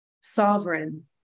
Sovereign